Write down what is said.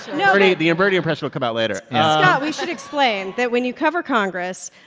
yeah bernie the bernie impression will come out later scott, we should explain that when you cover congress,